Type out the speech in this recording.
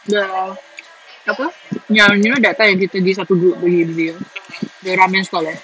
the apa yang you know that time yang kita pergi satu group the ramen stall there